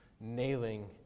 nailing